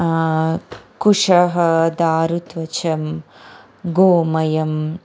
कुशः दारुत्वचं गोमयं